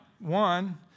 One